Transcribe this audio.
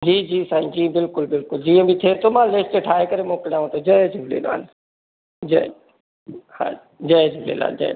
जी जी साईं बिल्कुलु बिल्कुलु जीअं बि थिए थो मां लिस्ट ठाहे करे मोकलयांव थो जय झूलेलाल जय हा जय झूलेलाल जय